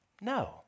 No